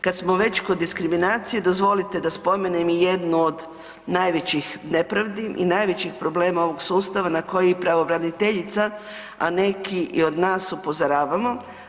Kad smo već kod diskriminacije, dozvolite da spomenem i jednu od najvećih nepravdi i najvećih problema ovog sustava na koji pravobraniteljica, a neki i od nas upozoravamo.